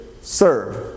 serve